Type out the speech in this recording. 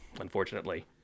unfortunately